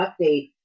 update